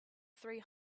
three